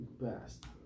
Best